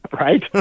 right